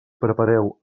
prepareu